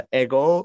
ego